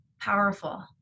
powerful